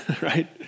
right